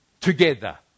together